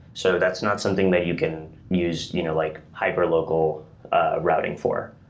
so that's not something that you can use you know like hyperlocal ah routing for,